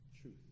truth